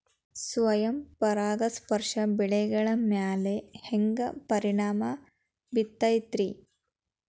ಸ್ವಯಂ ಪರಾಗಸ್ಪರ್ಶ ಬೆಳೆಗಳ ಮ್ಯಾಲ ಹ್ಯಾಂಗ ಪರಿಣಾಮ ಬಿರ್ತೈತ್ರಿ?